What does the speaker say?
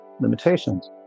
limitations